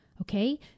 Okay